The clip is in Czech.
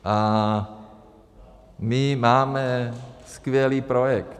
A my máme skvělý projekt.